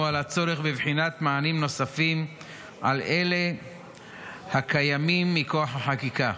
על הצורך בבחינת מענים נוספים על אלה הקיימים מכוח החקיקה.